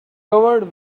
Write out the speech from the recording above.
covered